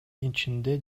ичинде